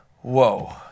whoa